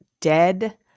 dead